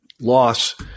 loss